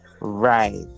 right